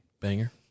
Banger